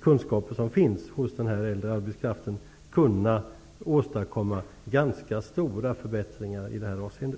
kunskaper som finns hos denna äldre arbetskraft skulle man kunna åstadkomma ganska stora förbättringar i det här avseendet.